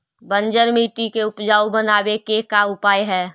बंजर मट्टी के उपजाऊ बनाबे के का उपाय है?